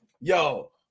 Yo